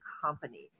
company